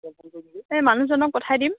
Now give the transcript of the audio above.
এই মানুহজনক পঠাই দিম